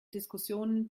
diskussionen